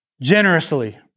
generously